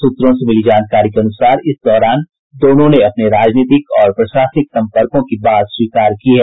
सूत्रों से मिली जानकारी के अनुसार इस दौरान दोनों ने अपने राजनीतिक और प्रशासनिक संपर्कों की बात स्वीकार की है